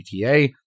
GTA